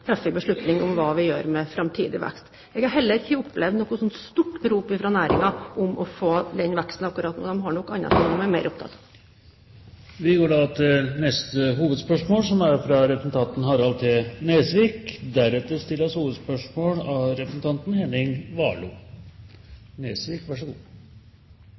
treffer beslutning om hva vi gjør med framtidig vekst. Jeg har heller ikke opplevd noe stort rop fra næringen om å få den veksten akkurat nå. De har vel andre ting som de er mer opptatt av. Vi går til neste hovedspørsmål. Fiskeri- og kystministeren kan bare bli stående, for jeg har også spørsmål til henne. Noe av det som kanskje mest av